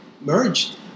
merged